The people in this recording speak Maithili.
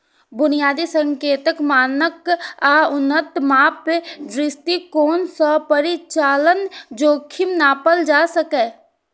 बुनियादी संकेतक, मानक आ उन्नत माप दृष्टिकोण सं परिचालन जोखिम नापल जा सकैए